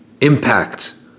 impact